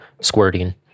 squirting